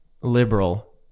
liberal